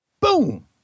Boom